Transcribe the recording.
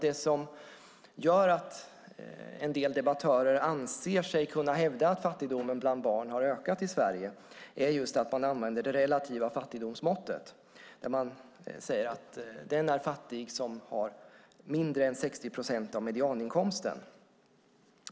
Det som gör att en del debattörer anser sig kunna hävda att fattigdomen bland barn har ökat i Sverige är just att man använder det relativa fattigdomsmåttet som säger att den är fattig som har mindre än 60 procent av medianinkomsten.